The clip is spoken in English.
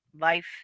life